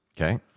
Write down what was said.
Okay